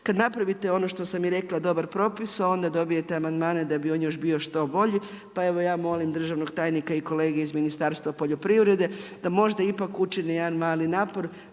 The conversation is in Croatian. kad napravite ono što sam i rekla dobar propis onda dobijete amandmane da bi on bio još što bolji, pa evo ja molim državnog tajnika i kolege iz Ministarstva poljoprivrede da možda ipak učine jedan mali napor,